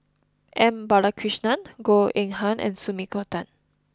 M Balakrishnan Goh Eng Han and Sumiko Tan